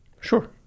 Sure